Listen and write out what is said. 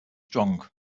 strong